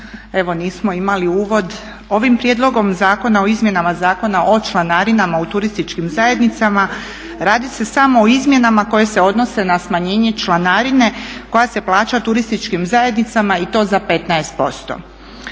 evo nismo imali uvod, ovim Prijedlogom zakona o izmjenama Zakona o članarinama u turističkim zajednicama radi se samo o izmjenama koje se odnose na smanjenje članarine koja se plaća turističkim zajednicama i to za 15%.